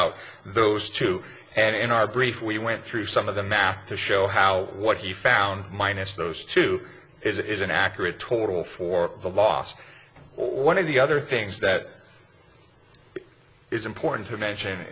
out those two and in our grief we went through some of the math to show how what he found minus those two is an accurate total for the last or one of the other things that is important to mention